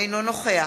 אינו נוכח